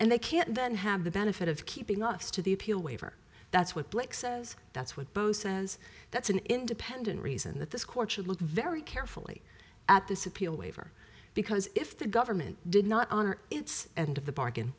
and they can't then have the benefit of keeping us to the appeal waiver that's what blake says that's what both says that's an independent reason that this court should look very carefully at this appeal waiver because if the government did not honor its end of the bargain